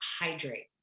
hydrate